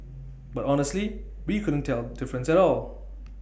but honestly we couldn't tell difference at all